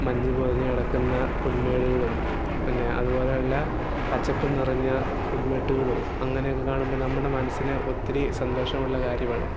മഞ്ഞു പുതഞ്ഞു കിടക്കുന്ന പുല്മേടുകളും പിന്നെ അതുപോലെ ഉള്ള പച്ചപ്പ് നിറഞ്ഞ പുല്മേട്ടുകളും അങ്ങനെയൊക്കെ കാണുമ്പോൾ നമ്മുടെ മനസ്സിനെ ഒത്തിരി സന്തോഷം ഉള്ള കാര്യമാണ്